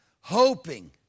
hoping